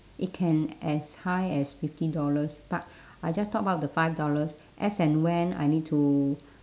it can as high as fifty dollars but I just top up the five dollars as and when I need to